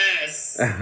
yes